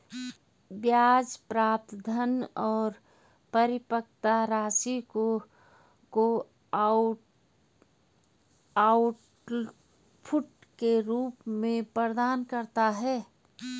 ब्याज प्राप्त धन और परिपक्वता राशि को आउटपुट के रूप में प्रदान करता है